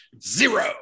Zero